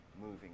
moving